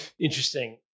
Interesting